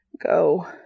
Go